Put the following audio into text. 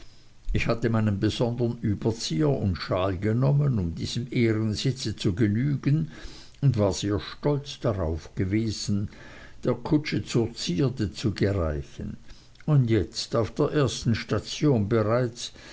ich hatte meinen besondern überzieher und schal genommen um diesem ehrensitz zu genügen und war sehr stolz darauf gewesen der kutsche zur zierde zu gereichen und jetzt auf der ersten station bereits